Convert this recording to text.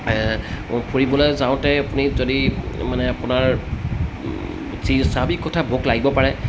ফুৰিবলৈ যাওঁতে আপুনি যদি মানে আপোনাৰ যি স্বাভাৱিক কথা ভোক লাগিব পাৰে